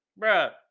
Bruh